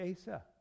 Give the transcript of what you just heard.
Asa